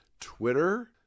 Twitter